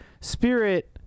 spirit